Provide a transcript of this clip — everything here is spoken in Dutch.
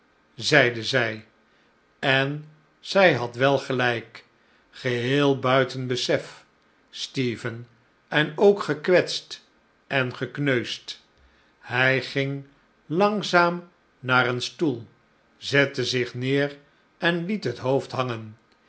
zeide zij en zij had wel gelijk geheel buiten besef stephen en ook gekwetst en gekneusd hij ging langzaam naar een stoel zette zich neer en liet het hoofd hangen